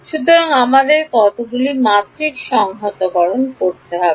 সুতরাং আমাদের কতগুলি মাত্রিক সংহতকরণ করতে হবে